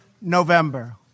November